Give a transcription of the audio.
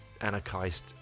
anarchist